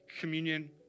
communion